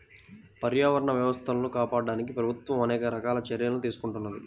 పర్యావరణ వ్యవస్థలను కాపాడడానికి ప్రభుత్వం అనేక రకాల చర్యలను తీసుకుంటున్నది